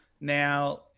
Now